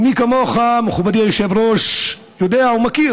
ומי כמוך, מכובדי היושב-ראש, יודע ומכיר